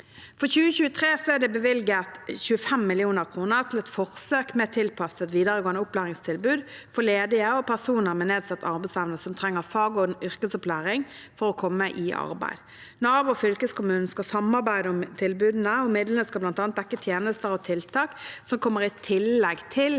For 2023 er det bevilget 25 mill. kr til et forsøk med tilpasset videregående opplæringstilbud for ledige og for personer med nedsatt arbeidsevne som trenger fagog yrkesopplæring for å komme i arbeid. Nav og fylkeskommunen skal samarbeide om tilbudene, og midlene skal bl.a. dekke tjenester og tiltak som kommer i tillegg til